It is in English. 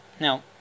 now